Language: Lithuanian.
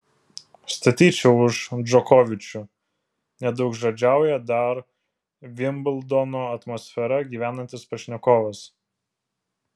statyčiau už džokovičių nedaugžodžiauja dar vimbldono atmosfera gyvenantis pašnekovas